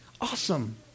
Awesome